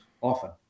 often